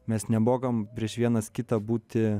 mes nemokam prieš vienas kitą būti